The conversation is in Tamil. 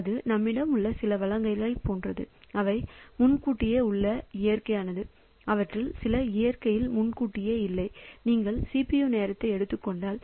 இது நம்மிடம் உள்ள சில வளங்களைப் போன்றது அவை முன்கூட்டியே உள்ளன இயற்கையானது அவற்றில் சில இயற்கையில் முன்கூட்டியே இல்லை நீங்கள் CPU நேரத்தை எடுத்துக் கொண்டால்